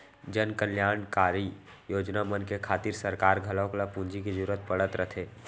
जनकल्यानकारी योजना मन के खातिर सरकार घलौक ल पूंजी के जरूरत पड़त रथे